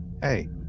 hey